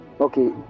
Okay